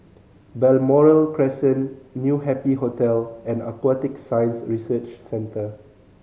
Balmoral Crescent New Happy Hotel and Aquatic Science Research Centre